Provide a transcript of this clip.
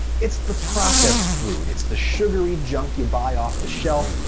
it's the processed food it's the sugary junk you buy off the shelf,